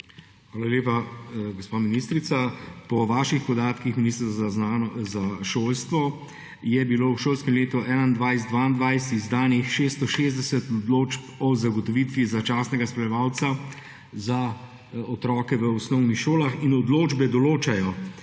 Hvala lepa. Gospa ministrica, po vaših podatkih ministrstva za šolstvo je bilo v šolskem letu 2021/2022 izdanih 660 odločb o zagotovitvi začasnega spremljevalca za otroke v osnovnih šolah. Te odločbe so